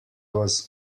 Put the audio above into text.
was